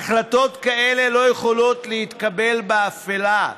החלטות כאלה לא יכולות להתקבל באפלה,